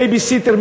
בייביסיטר,